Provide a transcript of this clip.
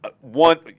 one